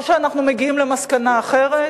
או שאנחנו מגיעים למסקנה אחרת?